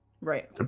right